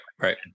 right